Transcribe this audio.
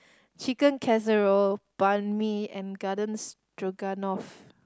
Chicken Casserole Banh Mi and Garden Stroganoff